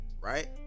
Right